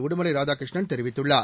உடுமலை ராதாகிருஷ்ணன் தெரிவித்துள்ளார்